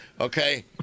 Okay